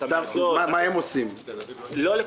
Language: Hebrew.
מה הם עושים לדוגמה?